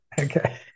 okay